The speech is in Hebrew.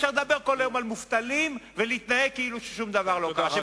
אי-אפשר לדבר כל היום על מובטלים ולהתנהג כאילו שום דבר לא קרה.